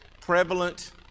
prevalent